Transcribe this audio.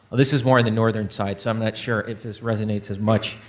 this is more on the northern side, so i'm not sure if this resonates as much